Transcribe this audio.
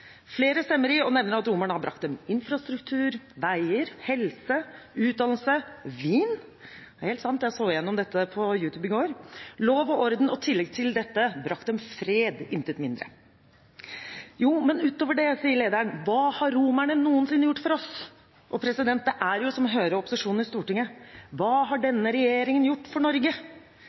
Flere stemmer i og nevner at romerne har brakt dem infrastruktur, veier, helse, utdannelse og vin – det er helt sant, jeg så gjennom dette på YouTube i går – lov og orden, og i tillegg til dette brakt dem fred, intet mindre. Jo, men utover det, sier lederen, hva har romerne noensinne gjort for oss? Det er som å høre opposisjonen i Stortinget: Hva har denne regjeringen gjort for Norge?